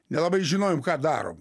nelabai žinojom ką darom